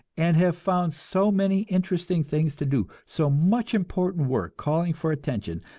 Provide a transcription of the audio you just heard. and have found so many interesting things to do, so much important work calling for attention,